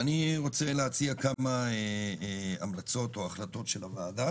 אני רוצה להציע כמה המלצות של הוועדה.